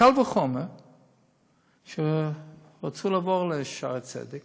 קל וחומר שרצו לעבור ל"שערי צדק",